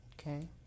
Okay